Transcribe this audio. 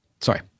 Sorry